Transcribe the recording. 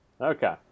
Okay